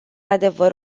adevăr